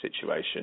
situation